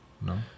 No